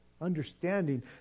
Understanding